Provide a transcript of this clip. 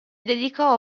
dedicò